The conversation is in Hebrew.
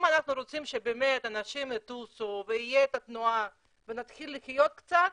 אם אנחנו רוצים שאנשים יטוסו ותהיה תנועה ונתחיל לחיות קצת,